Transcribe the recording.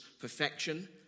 perfection